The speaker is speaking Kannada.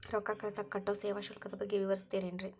ರೊಕ್ಕ ಕಳಸಾಕ್ ಕಟ್ಟೋ ಸೇವಾ ಶುಲ್ಕದ ಬಗ್ಗೆ ವಿವರಿಸ್ತಿರೇನ್ರಿ?